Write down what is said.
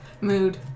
Mood